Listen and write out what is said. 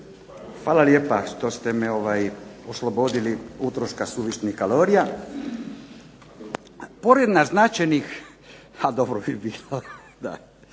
Hvala lijepa što ste me oslobodili utroška suvišnih kalorija. Pored naznačenih pozitivnih